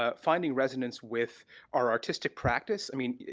ah finding resonance with our artistic practice. i mean,